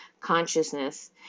consciousness